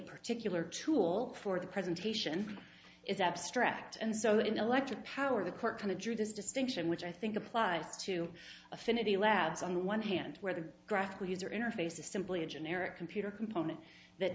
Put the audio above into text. particular tool for the presentation is abstract and so in electric power the court kind of drew this distinction which i think applies to affinity lads on one hand where the graphical user interface is simply a generic computer component that